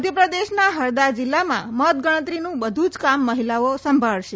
મધ્યપ્રદેશના હરદા જિલ્લામાં મતગણતરીનું બધું જ કામ મહિલાઓ સંભાળશે